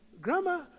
Grandma